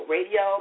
Radio